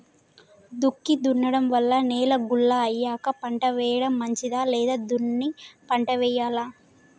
దుక్కి దున్నడం వల్ల నేల గుల్ల అయ్యాక పంట వేయడం మంచిదా లేదా దున్ని పంట వెయ్యాలా?